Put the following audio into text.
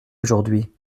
aujourd’hui